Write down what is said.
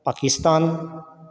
Pakistan